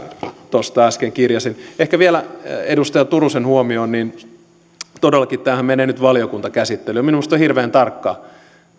tuosta äsken kirjasin ehkä vielä edustaja turusen huomioon todellakin tämähän menee nyt valiokuntakäsittelyyn minusta on hirveän tarkkaa